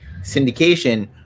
syndication